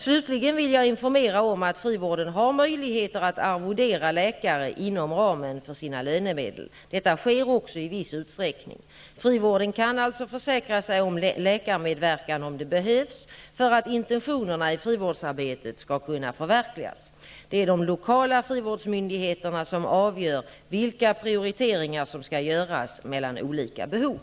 Slutligen vill jag informera om att frivården har möjligheter att arvodera läkare inom ramen för sina lönemedel. Detta sker också i viss utsträckning. Frivården kan alltså försäkra sig om läkarmedverkan om det behövs för att intentionerna i frivårdsarbetet skall kunna förverkligas. Det är de lokala frivårdsmyndigheterna som avgör vilka prioriteringar som skall göras mellan olika behov.